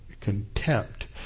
contempt